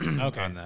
Okay